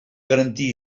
garantir